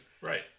Right